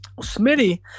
Smitty